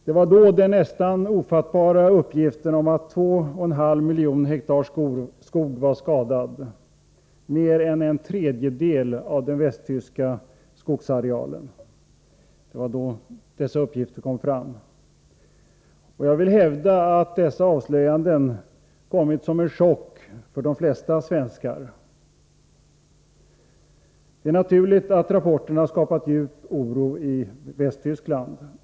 Det var då vi fick den nästan ofattbara uppgiften om att 2,5 miljoner hektar skog var skadad, dvs. mer än en tredjedel av den västtyska skogsarealen. Jag vill hävda att dessa avslöjanden kom som en chock för de flesta svenskar. Det är naturligt att rapporterna skapat djup oro i Västtyskland.